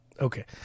Okay